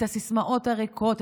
את הסיסמאות הריקות,